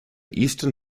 eastern